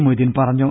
മൊയ്തീൻ പറഞ്ഞു